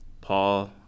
Paul